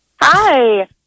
Hi